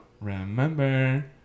remember